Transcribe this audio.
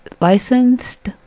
licensed